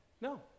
No